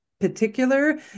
particular